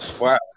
Wow